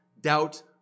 doubt